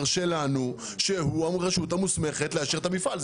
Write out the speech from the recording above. שלנו שהוא הרשות המוסמכת לאשר את המפעל.